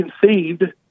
conceived